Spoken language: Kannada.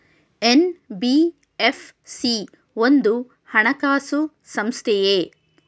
ಎನ್.ಬಿ.ಎಫ್.ಸಿ ಒಂದು ಹಣಕಾಸು ಸಂಸ್ಥೆಯೇ?